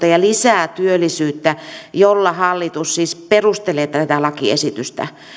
ja lisää työllisyyttä millä hallitus siis perustelee tätä lakiesitystä